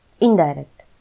Indirect